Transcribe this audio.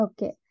Okay